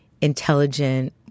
intelligent